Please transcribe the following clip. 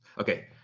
okay